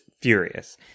furious